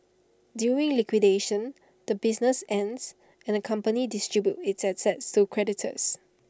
during liquidation the business ends and the company distributes its assets to creditors